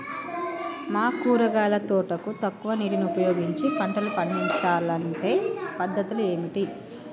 మా కూరగాయల తోటకు తక్కువ నీటిని ఉపయోగించి పంటలు పండించాలే అంటే పద్ధతులు ఏంటివి?